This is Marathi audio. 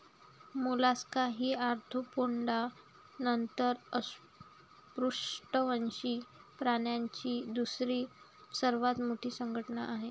मोलस्का ही आर्थ्रोपोडा नंतर अपृष्ठवंशीय प्राण्यांची दुसरी सर्वात मोठी संघटना आहे